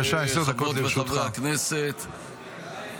חברות וחברי הכנסת,